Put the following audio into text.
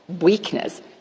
weakness